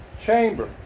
chamber